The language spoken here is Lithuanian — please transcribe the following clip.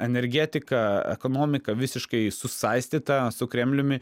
energetika ekonomika visiškai susaistyta su kremliumi